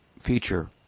feature